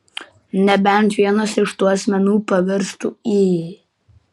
nebent vienas iš tų asmenų pavirstų į